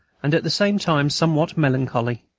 and at the same time somewhat melancholy.